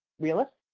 realistic.